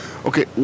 Okay